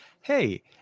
Hey